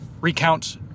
recount